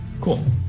Cool